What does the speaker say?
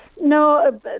No